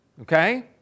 okay